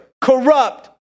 corrupt